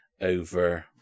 over